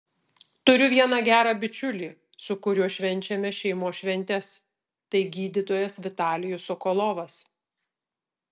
turiu vieną gerą bičiulį su kuriuo švenčiame šeimos šventes tai gydytojas vitalijus sokolovas